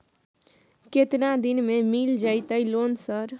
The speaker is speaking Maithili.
केतना दिन में मिल जयते लोन सर?